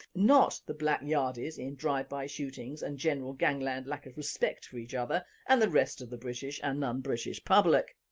not the black yardies in drive bye shootings and general gangland lack of respect for each other and the rest of the british and non british public!